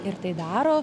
ir tai daro